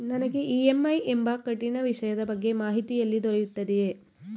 ನನಗೆ ಇ.ಎಂ.ಐ ಎಂಬ ಕಠಿಣ ವಿಷಯದ ಬಗ್ಗೆ ಮಾಹಿತಿ ಎಲ್ಲಿ ದೊರೆಯುತ್ತದೆಯೇ?